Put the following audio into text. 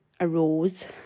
arose